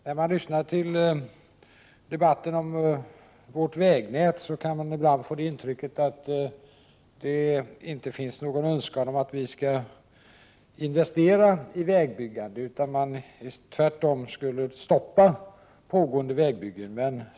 När man lyssnar till debatten om vägnätet kan man ibland få intrycket att det inte finns någon önskan om investeringar i vägbyggande utan att det tvärtom ställs krav på att pågående byggen skall stoppas.